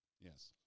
Yes